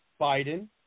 Biden